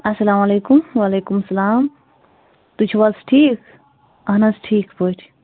اَسلامُ علیکُم وعلیکُم سَلام تُہۍ چھِو حظ ٹھیٖک اہَن حظ ٹھیٖک پٲٹھۍ